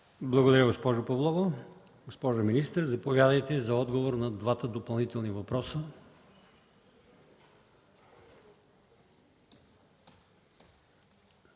Благодаря, госпожо Павлова. Госпожо министър, заповядайте за отговор на двата допълнителни въпроса.